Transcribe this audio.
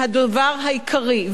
הדבר העיקרי,